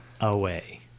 away